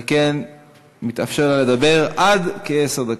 על כן מתאפשר לה לדבר עד עשר דקות.